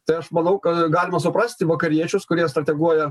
tai aš manau kad galima suprasti vakariečius kurie strateguoja